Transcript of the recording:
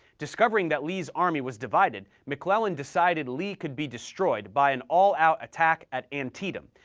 discovering that lee's army was divided, mcclellan decided lee could be destroyed by an all-out attack at antietam,